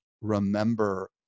remember